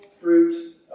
fruit